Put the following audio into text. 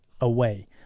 away